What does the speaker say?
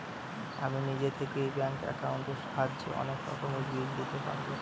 আমি নিজে থেকে ব্যাঙ্ক একাউন্টের সাহায্যে অনেক রকমের বিল দিতে পারবো